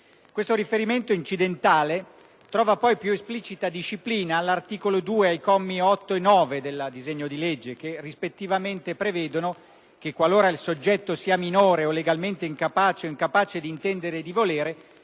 Questo riferimento incidentale trova poi più esplicita disciplina all'articolo 2, commi 8 e 9, del disegno di legge, che rispettivamente prevedono che «qualora il soggetto sia minore o legalmente incapace o incapace di intendere e di volere